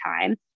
time